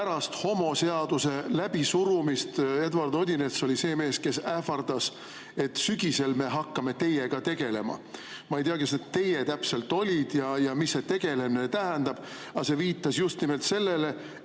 pärast homoseaduse läbisurumist oli Eduard Odinets see mees, kes ähvardas, et sügisel nad hakkavad meiega tegelema. Ma ei tea, kes need "meie" täpselt olid ja mida tegelemine tähendab, aga see viitas just nimelt sellele,